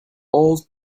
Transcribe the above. all